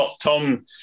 Tom